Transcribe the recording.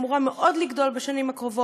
וזו אמורה לגדול מאוד בשנים הקרובות,